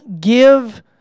give